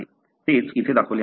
तेच इथे दाखवले आहे